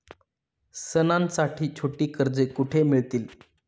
सणांसाठी छोटी कर्जे कुठे मिळतील?